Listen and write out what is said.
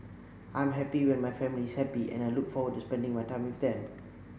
I am happy when my family is happy and I look forward to spending my time with them